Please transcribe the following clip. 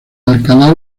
alcalá